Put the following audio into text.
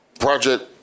Project